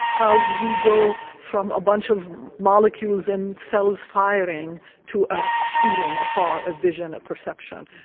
how we go from a bunch of molecules and cells firing to a feeling, a thought, a vision, a perception.